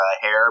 hair